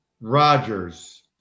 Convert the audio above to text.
Rodgers